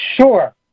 Sure